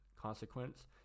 consequence